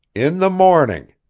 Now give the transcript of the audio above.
in the morning.